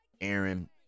Aaron